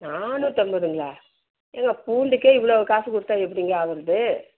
நானூற்றம்பதுங்களா ஏங்க பூண்டுக்கே இவ்வளோ காசு கொடுத்தா எப்படிங்க ஆகிறது